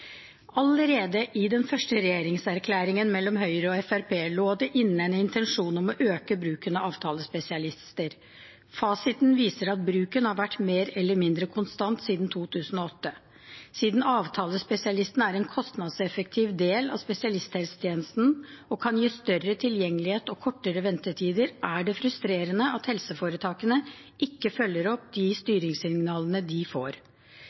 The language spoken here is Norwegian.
Allerede i den første regjeringserklæringen mellom Høyre og Fremskrittspartiet lå det inne en intensjon om å øke bruken av avtalespesialister. Fasiten viser at bruken har vært mer eller mindre konstant siden 2008. Siden avtalespesialistene er en kostnadseffektiv del av spesialisthelsetjenesten og kan gi større tilgjengelighet og kortere ventetider, er det frustrerende at helseforetakene ikke følger opp de styringssignalene de får.